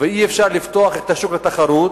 ואי-אפשר לפתוח את השוק לתחרות.